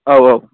औ औ